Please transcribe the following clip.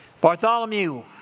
Bartholomew